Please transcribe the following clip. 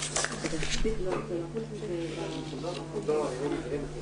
את ישיבת הוועדה בנושא השני